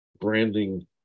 Branding